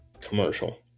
commercial